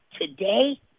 today